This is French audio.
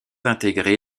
intégré